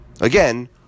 Again